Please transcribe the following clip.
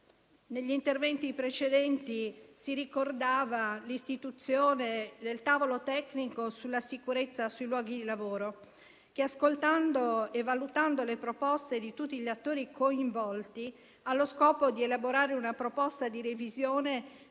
Negli interventi precedenti si ricordava l'istituzione del tavolo tecnico sulla sicurezza sui luoghi di lavoro che, ascoltando e valutando le proposte di tutti gli attori coinvolti, ha lo scopo di elaborare una proposta di revisione